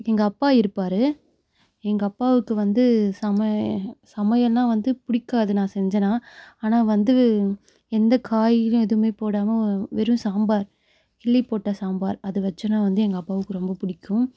எங்கள் அப்பா இருப்பார் எங்கள் அப்பாவுக்கு வந்து சமையல் சமையல்னா வந்து பிடிக்காது நான் செஞ்சேனா ஆனால் வந்து எந்த காயும் எதுவும் போடாமல் வெறும் சாம்பார் கிள்ளி போட்ட சாம்பார் அது வச்சேனா வந்து எங்கள் அப்பாவுக்கு ரொம்ப பிடிக்கும்